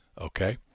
okay